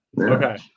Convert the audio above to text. Okay